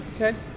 Okay